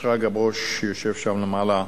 שרגא ברוש, שיושב שם למעלה.